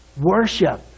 Worship